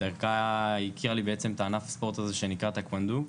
והיא הכירה לי בעצם את הענף ספורט הזה שנקרא טקוונדו.